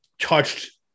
touched